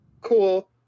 cool